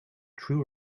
threw